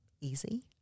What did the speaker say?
easy